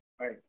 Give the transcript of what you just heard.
right